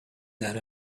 that